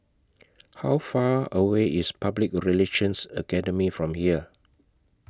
How Far away IS Public Relations Academy from here